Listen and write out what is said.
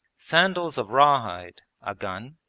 sandals of raw hide, a gun,